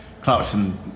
Clarkson